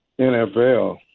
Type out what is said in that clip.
NFL